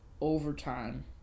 overtime